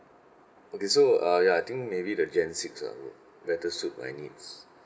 okay so uh ya I think maybe the gen six uh better suit my needs